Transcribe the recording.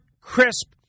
crisp